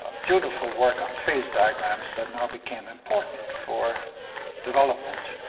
ah beautiful work on phase diagrams that now became important for development.